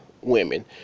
women